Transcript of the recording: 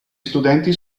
studenti